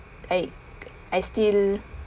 I I still